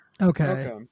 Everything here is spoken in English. Okay